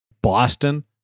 Boston